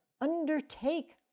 undertake